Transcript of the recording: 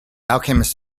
alchemist